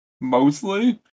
mostly